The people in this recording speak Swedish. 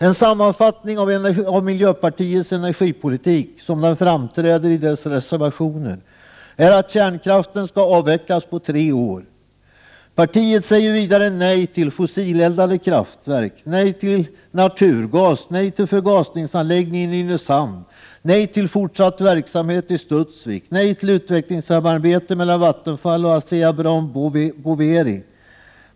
En sammanfattning av miljöpartiets energipolitik, såsom den framträder i dess reservationer, är att kärnkraften skall avvecklas på tre år. Partiet säger vidare nej till fossileldade kraftverk, nej till naturgas, nej till förgasningsanläggning i Nynäshamn, nej till fortsatt verksamhet i Studsvik, nej till utvecklingssamarbete mellan Vattenfall och Asea Brown Boveri.